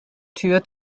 tür